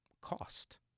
cost